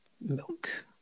Milk